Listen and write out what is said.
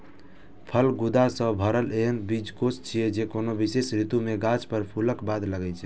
फल गूदा सं भरल एहन बीजकोष छियै, जे कोनो विशेष ऋतु मे गाछ पर फूलक बाद लागै छै